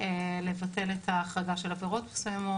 לבטל את ההחרגה של עבירות מסוימות.